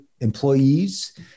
employees